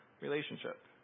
relationship